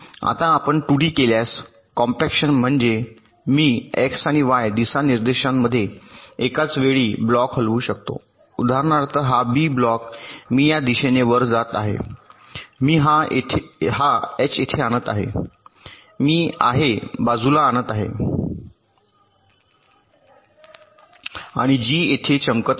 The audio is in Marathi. आता आपण 2 डी केल्यास कॉम्पॅक्शन म्हणजे मी x आणि y दिशानिर्देशांमध्ये एकाच वेळी ब्लॉक हलवू शकतो उदाहरणार्थ हा बी ब्लॉक मी या दिशेने वर जात आहे मी हा एच येथे आणत आहे मी आहे बाजूला आणत आहे आणि जी येथे चमकत आहे